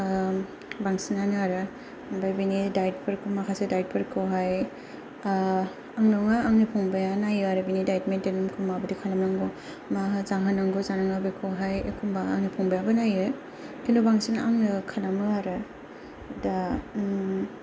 बांसिनानो आरो ओमफ्राय बिनि दाइथफोरखौ माखासे दाइथफोरखौ हाय आं नङा आंनि फंबाया नायो आरो बिनि दाइथ मेनथेनखौ माबादि खालामनांगौ मा जाहोनांगौ जानाङा बेखौहाय एखमबा आंनि फंबाइयाबो नायो खिन्थु बांसिन आंनो खालामो आरो दा